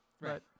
Right